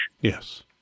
Yes